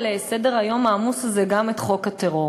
סדר-היום העמוס הזה, גם את חוק הטרור.